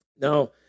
Now